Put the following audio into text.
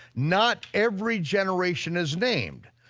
not every generation is named,